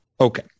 okay